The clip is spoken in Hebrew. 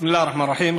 בסם אללה א-רחמאן א-רחים.